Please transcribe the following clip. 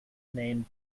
named